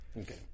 Okay